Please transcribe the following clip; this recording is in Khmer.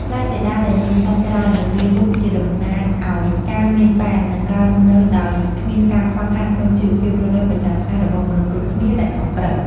ផ្លែសេដាដែលមានសាច់ច្រើននិងរាងមូលគឺជាតំណាងឱ្យការមានបាន និង ការរស់នៅដោយគ្មានការខ្វះខាតក្នុងជីវភាពរស់នៅប្រចាំថ្ងៃរបស់មនុស្សគ្រប់គ្នាដែលខំប្រឹង។